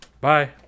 Bye